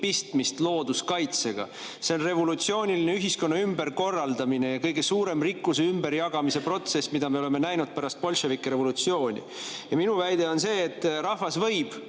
pistmist looduskaitsega. See on revolutsiooniline ühiskonna ümberkorraldamine ja kõige suurem rikkuse ümberjagamise protsess, mida me oleme näinud pärast bolševike revolutsiooni. Minu väide on see, et rahvas võib